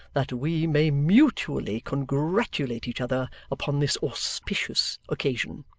that we may mutually congratulate each other upon this auspicious occasion